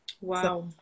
Wow